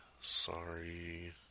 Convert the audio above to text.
sorry